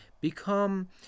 become